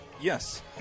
Yes